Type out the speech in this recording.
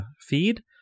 feed